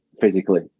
physically